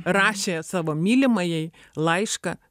rašė savo mylimajai laišką